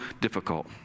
difficult